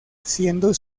siendo